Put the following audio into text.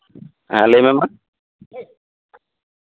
ᱦᱮᱸ ᱞᱟᱹᱭ ᱢᱮ ᱢᱟ